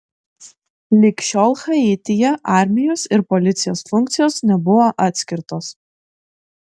lig šiol haityje armijos ir policijos funkcijos nebuvo atskirtos